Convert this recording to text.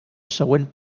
següent